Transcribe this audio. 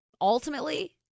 ultimately